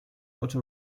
otto